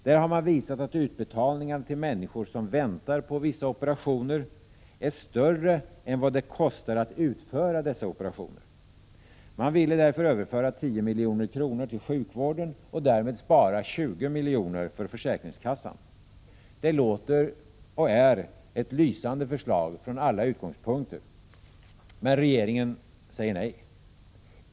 Där har man visat att utbetalningar till människor som väntar på vissa operationer är större än vad det skulle kosta att utföra dessa operationer. Man ville därför överföra 10 milj.kr. till sjukvården och därmed spara 20 miljoner för försäkringskassan. Det låter som — och är — ett lysande förslag från alla utgångspunkter. Men regeringen säger nej.